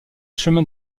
chemins